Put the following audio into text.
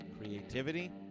creativity